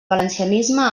valencianisme